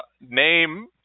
Name